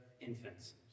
infants